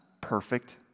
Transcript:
perfect